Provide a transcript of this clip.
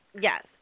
Yes